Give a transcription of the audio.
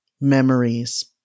memories